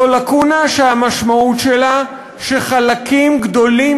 זו לקונה שהמשמעות שלה היא שחלקים גדולים